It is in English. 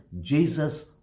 Jesus